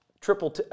Triple